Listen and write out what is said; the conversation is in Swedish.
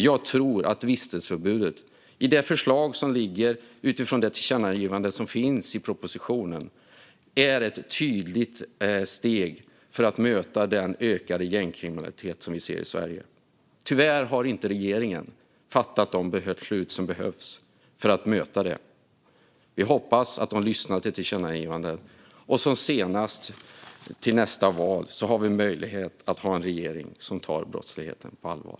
Jag tror att vistelseförbudet i det liggande förslaget, utifrån tillkännagivandet i betänkandet, är ett tydligt steg för att möta den ökade gängkriminalitet som finns i Sverige. Tyvärr har regeringen inte fattat de beslut som behövs för att möta problemet. Vi hoppas att regeringen kommer att lyssna på tillkännagivandena. Senast till nästa val kan vi ha en regering som tar brottsligheten på allvar.